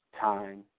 time